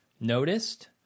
noticed